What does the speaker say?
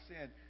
sin